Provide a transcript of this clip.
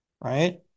right